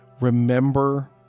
remember